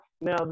now